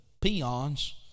peons